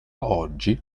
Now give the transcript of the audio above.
oggi